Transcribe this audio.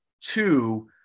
two